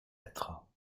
lettre